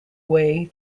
way